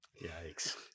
Yikes